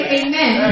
amen